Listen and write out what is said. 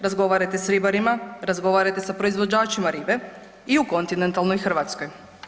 Razgovarajte sa ribarima, razgovarajte sa proizvođačima ribe i u kontinentalnoj Hrvatskoj.